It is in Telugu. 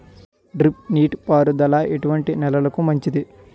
డ్రిప్ నీటి పారుదల ఎటువంటి నెలలకు మంచిది?